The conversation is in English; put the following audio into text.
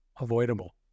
avoidable